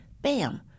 bam